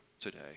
today